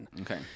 okay